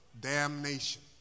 damnation